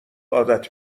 عادت